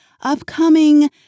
upcoming